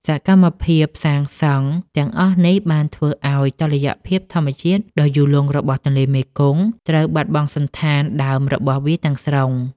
សកម្មភាពសាងសង់ទាំងអស់នេះ បានធ្វើឱ្យតុល្យភាពធម្មជាតិដ៏យូរលង់របស់ទន្លេមេគង្គ ត្រូវបាត់បង់សណ្ឋានដើមរបស់វាទាំងស្រុង។